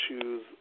choose